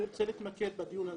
אני רוצה להתמקד בדיון הזה.